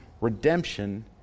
redemption